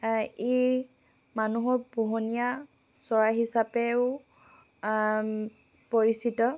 ই মানুহৰ পোহনীয়া চৰাই হিচাপেও পৰিচিত